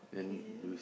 okay